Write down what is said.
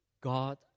God